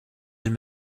elle